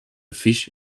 fish